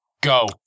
Go